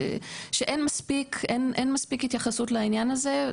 שאין מספיק התייחסות לעניין הזה,